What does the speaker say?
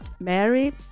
Mary